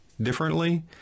differently